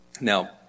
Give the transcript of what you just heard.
Now